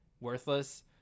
worthless